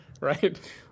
Right